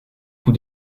coup